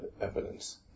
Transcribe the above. evidence